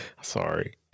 Sorry